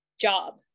job